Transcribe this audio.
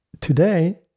Today